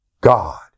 God